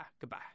Goodbye